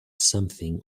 something